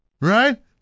right